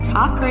Talk